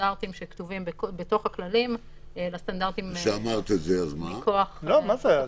הסטנדרטים שכתובים בתוך הכללים לסטנדרטים מכוח החוק החדש.